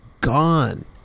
gone